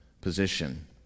position